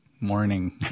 morning